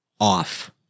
off